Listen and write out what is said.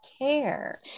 care